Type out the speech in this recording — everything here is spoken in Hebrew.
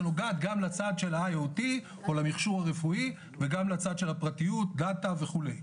שנוגעת גם לצד של ה IOT או למכשור הרפואי וגם לצד של הפרטיות DATA וכו'.